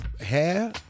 hair